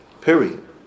Period